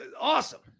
awesome